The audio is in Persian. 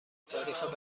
تاریخ